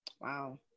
Wow